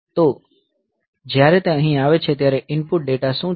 તો જ્યારે તે અહીં આવે છે ત્યારે ઇનપુટ ડેટા શું છે